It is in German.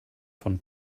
von